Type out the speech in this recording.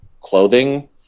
clothing